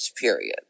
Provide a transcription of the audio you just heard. period